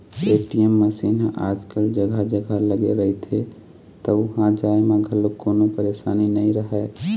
ATM machine ह आजकल जघा जघा लगे रहिथे त उहाँ जाए म घलोक कोनो परसानी नइ रहय